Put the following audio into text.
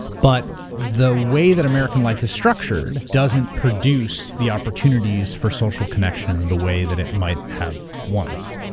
but the way that american life is structured doesn't produce the opportunities for social connection the way that it might have once.